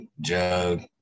jug